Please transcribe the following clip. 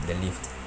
the lift